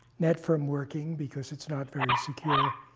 net from working because it's not very secure.